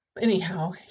anyhow